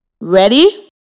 Ready